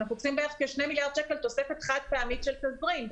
אנחנו צריכים כ-2 מיליארד שקל תוספת חד-פעמית של תזרים,